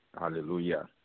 Hallelujah